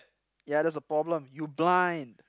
yeah that's the problem you blind